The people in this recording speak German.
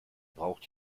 braucht